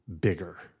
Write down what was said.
Bigger